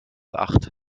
acht